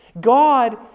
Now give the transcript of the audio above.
God